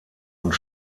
und